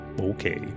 Okay